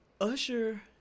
usher